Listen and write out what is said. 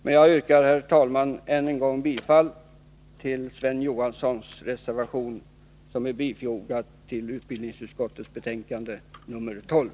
Men jag yrkar, herr talman, än en gång bifall till Sven Johanssons reservation, som är fogad till utbildningsutskottets betänkande nr 12.